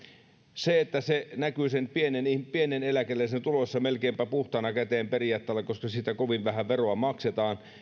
se että se näkyy pienen eläkeläisen tuloissa melkeinpä puhtaana käteen periaatteella koska siitä kovin vähän veroa maksetaan